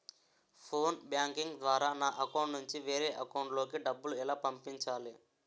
Phone banking ద్వారా నా account నుంచి వేరే అకౌంట్ లోకి డబ్బులు ఎలా పంపించాలి?